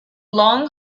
long